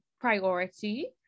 priority